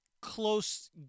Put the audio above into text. close